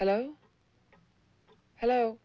hello hello